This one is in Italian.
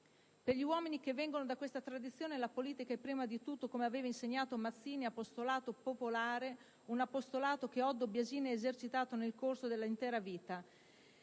Per gli uomini che vengono da questa tradizione, la politica è, prima di tutto, come aveva insegnato Mazzini, un apostolato popolare, un apostolato che Oddo Biasini ha esercitato nel corso intero della